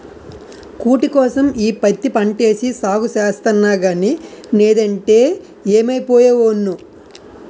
కూటికోసం ఈ పత్తి పంటేసి సాగు సేస్తన్నగానీ నేదంటే యేమైపోయే వోడ్నో